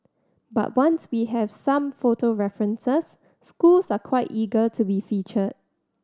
but once we have some photo references schools are quite eager to be featured